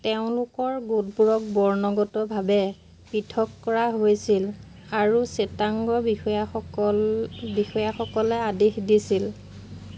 তেওঁলোকৰ গোটবোৰক বৰ্ণগতভাৱে পৃথক কৰা হৈছিল আৰু শ্বেতাংগ বিষয়াসকল বিষয়াসকলে আদেশ দিছিল